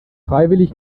freiwillig